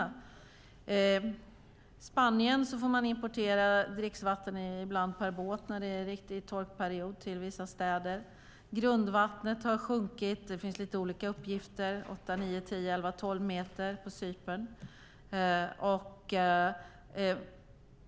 I Spanien får man ibland, när det är en riktig torkperiod, importera dricksvatten till vissa städer per båt. Grundvattnet har sjunkit 8-12 meter - det finns lite olika uppgifter - på Cypern.